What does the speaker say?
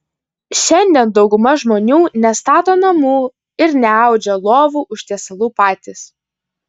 šiandien dauguma žmonių nestato namų ir neaudžia lovų užtiesalų patys